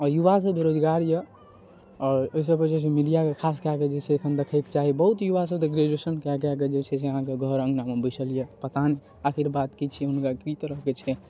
आओर युवा सब बेरोजगार यऽ आओर ओहिसब पर जे छै से मीडियाके खास कए कऽ जे छै से देखै के चाही बहुत युवा सब तऽ ग्रेजुएशन कए कऽ जे छै से अहाँके घर अङनामे बैसल यऽ पता नहि आशीर्वाद की छियै हुनका की तरहके छनि